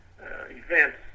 events